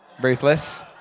Ruthless